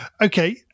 Okay